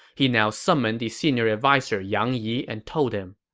he now summoned the senior adviser yang yi and told him,